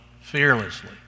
fearlessly